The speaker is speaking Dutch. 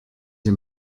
een